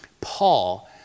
Paul